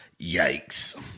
Yikes